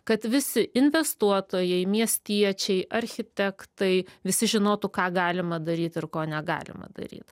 kad visi investuotojai miestiečiai architektai visi žinotų ką galima daryt ir ko negalima daryt